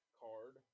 card